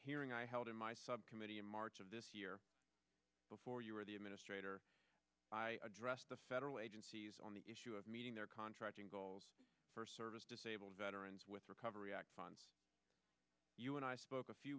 hearing i held in my subcommittee in march of this year before you were the administrator i addressed the federal agencies on the issue of meeting their contracting goals for service disabled veterans with recovery act funds you and i spoke a few